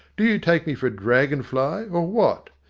do you take me for a dragon-fly, or what?